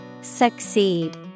Succeed